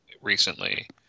recently